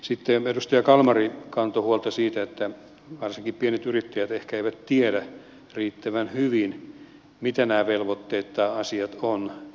sitten edustaja kalmari kantoi huolta siitä että varsinkin pienet yrittäjät ehkä eivät tiedä riittävän hyvin mitä nämä velvoitteet tai asiat ovat